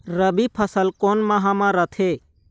रबी फसल कोन माह म रथे?